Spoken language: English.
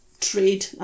trade